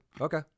okay